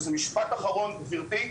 וזה משפט אחרון גברתי,